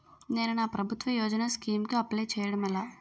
నేను నా ప్రభుత్వ యోజన స్కీం కు అప్లై చేయడం ఎలా?